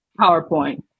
PowerPoint